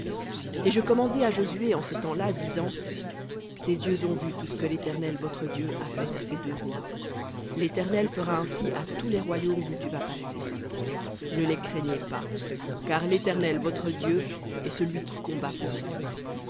et je commandai à josué en ce temps-là disant tes yeux ont vu tout ce que l'éternel votre dieu a fait à ces deux rois l'éternel fera ainsi à tous les royaumes où tu vas passer ne les craignez pas car l'éternel votre dieu est celui qui combat pour vous